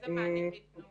איזה מענים ניתנו